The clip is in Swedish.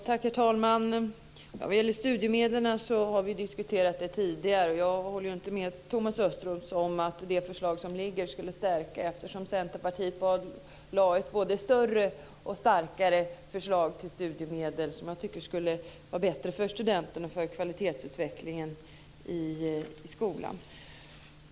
Herr talman! Vi har tidigare diskuterat studiemedlen. Jag håller ju inte med Thomas Östros om att det liggande förslaget skulle innebära en förstärkning, eftersom Centerpartiet lade fram ett mycket mer omfattande förslag om ett studiemedelssystem som skulle vara bättre för studenterna och kvalitetsutvecklingen i skolan.